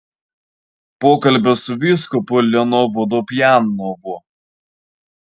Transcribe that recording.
pokalbis su vyskupu linu vodopjanovu